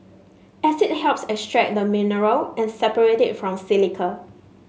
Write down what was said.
acid helps extract the mineral and separate it from silica